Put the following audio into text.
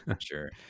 sure